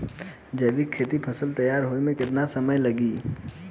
जैविक खेती के फसल तैयार होए मे केतना समय लागी?